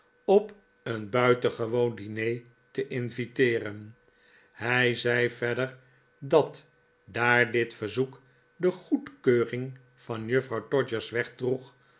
op een buitengewoon diner te inviteeren hij zei verder dat daar dit verzoek de goedkeuring van juffrouw todgers wegdroeg